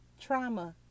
Trauma